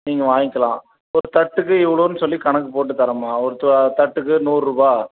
நீங்கள் வாங்கிக்கலாம் ஒரு தட்டுக்கு இவ்வளோன்னு சொல்லி கணக்கு போட்டு தரேம்மா ஒரு தா தட்டுக்கு நூறுரூபா